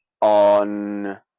on